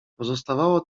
pozostawało